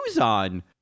on